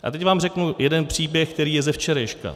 A teď vám řeknu jeden příběh, který je ze včerejška.